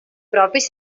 propis